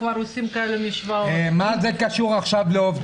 ההרגשות ההומוסקסואליות האלה נבעו ואיך אוכל לעבוד